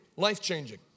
Life-changing